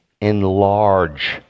enlarge